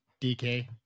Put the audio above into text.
dk